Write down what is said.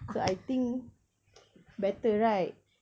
so I think better right